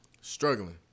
Struggling